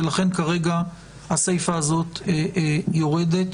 לכן, הסיפא הזאת יורדת.